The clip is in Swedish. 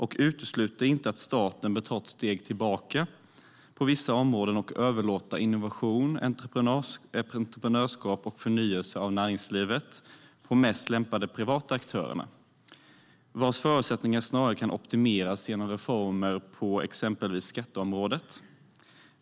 Vi utesluter inte att staten bör ta ett steg tillbaka på vissa områden och överlåta innovation, entreprenörskap och förnyelse av näringslivet på de mest lämpade privata aktörerna vars förutsättningar snarare kan optimeras genom reformer på till exempel skatteområdet.